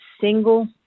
single